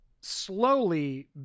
slowly